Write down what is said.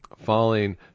falling